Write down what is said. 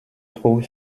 trouve